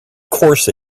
course